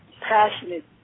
passionate